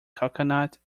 coconut